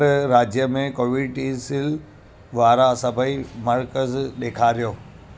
मूंखे झारखण्ड राज्य में कोवीटीसील वारा सभई मर्कज़ ॾेखारियो